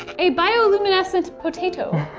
a bioluminescent potato,